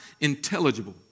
intelligible